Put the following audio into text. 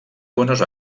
buenos